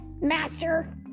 Master